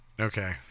okay